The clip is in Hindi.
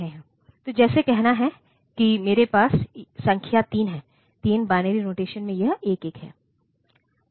तो जैसे कहना है कि मेरे पास संख्या 3 है 3 बाइनरी नोटेशन में यह 11 है